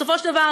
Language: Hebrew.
בסופו של דבר,